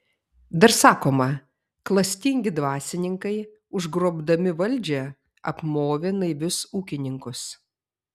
dar sakoma klastingi dvasininkai užgrobdami valdžią apmovė naivius ūkininkus